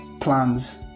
plans